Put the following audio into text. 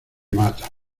mata